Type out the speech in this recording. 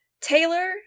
Taylor